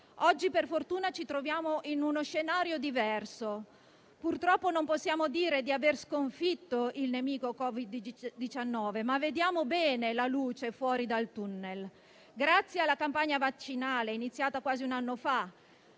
Oggi, per fortuna, ci troviamo in uno scenario diverso. Purtroppo, non possiamo dire di aver sconfitto il nemico Covid-19, ma vediamo bene la luce fuori dal *tunnel*. Grazie alla campagna vaccinale iniziata quasi un anno fa,